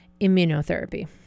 immunotherapy